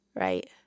right